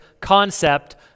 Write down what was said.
concept